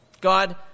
God